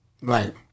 right